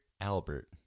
Albert